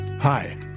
Hi